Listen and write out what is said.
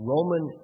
Roman